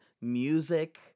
music